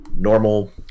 Normal